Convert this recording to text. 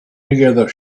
together